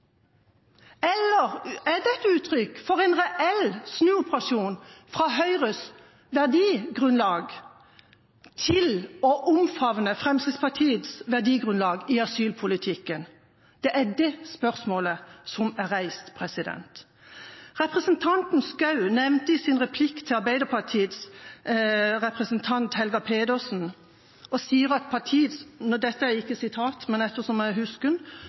Eller er dette uttrykk for en reell snuoperasjon fra Høyres verdigrunnlag til å omfavne Fremskrittspartiets verdigrunnlag i asylpolitikken? Det er det spørsmålet som er reist. Representanten Schou pekte i sin replikk til Arbeiderpartiets representant, Helga Pedersen, på at – dette er ikke sitat, men